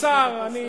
בצער אני